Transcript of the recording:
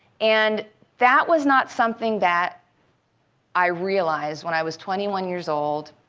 and that was not something that i realized when i was twenty one years old